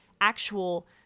actual